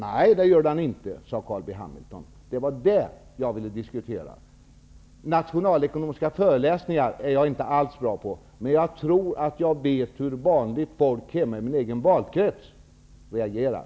Nej, det gör den inte, sade Carl B Hamilton. Det ville jag diskutera. Jag är inte alls bra på nationalekonomiska föreläsningar, men jag tror att jag vet hur vanligt folk hemma i min egen valkrets reagerar.